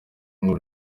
ngo